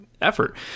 effort